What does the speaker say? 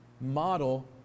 model